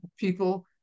people